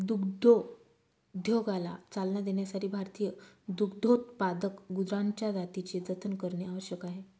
दुग्धोद्योगाला चालना देण्यासाठी भारतीय दुग्धोत्पादक गुरांच्या जातींचे जतन करणे आवश्यक आहे